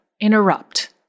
interrupt